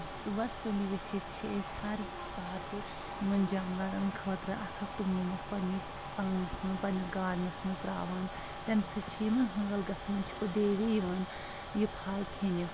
صُبحس سُلہِ ؤتِھتھ چھِ أسۍ ہر ساتہٕ یِمن جاناوارن خٲطرٕ اکھ اکھ توٚملہٕ مۄٹھ پننِس آنٛگنَس منٛز پَننِس گاڈنَس مَنٛز ترٛاوان تمہِ سۭتۍ چھِ یِمَن حٲل گژھان یِم چھِ پَتہٕ ڈیلی یِوان یہِ پھَل کھؠنہِ